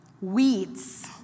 Weeds